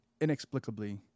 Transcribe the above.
inexplicably